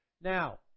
Now